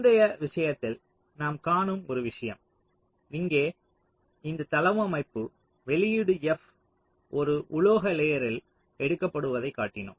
முந்தைய விஷயத்தில் நாம் காணும் ஒரு விஷயம் இங்கே இந்த தளவமைப்பு வெளியீடு f ஒரு உலோக லேயர்ரில் எடுக்கப்படுவதைக் காட்டினோம்